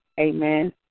Amen